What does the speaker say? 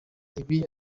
ibi